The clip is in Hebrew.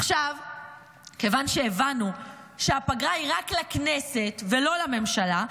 כיוון שהבנו שהפגרה היא רק לכנסת ולא לממשלה,